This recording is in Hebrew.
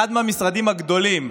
אחד המשרדים הגדולים,